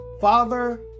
father